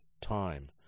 time